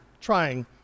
trying